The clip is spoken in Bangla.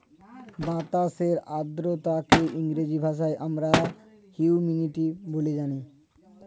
বাতাসের আর্দ্রতাকে ইংরেজি ভাষায় আমরা হিউমিডিটি বলে জানি